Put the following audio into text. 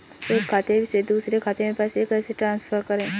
एक खाते से दूसरे खाते में पैसे कैसे ट्रांसफर करें?